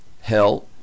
hell